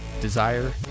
Desire